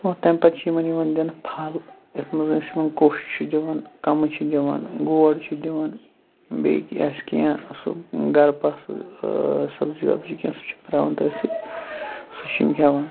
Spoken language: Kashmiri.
تمہِ پَتہٕ چھُ یِمَن یِوان دِنہٕ پھَل یَتھ مَنٛز أسۍ یِمَن کوٚش چھِ دِوان کَمہٕ چھِ دِوان گور چھِ دِوان بیٚیہِ آسہِ کینٛہہ سُہ گَرٕ پَسہٕ سَبزی وَبزی کینٛہہ سُہ چھِ تراوان تٔتھۍ سۭتۍ سُہ چھِ یِم کھیٚوان